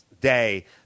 day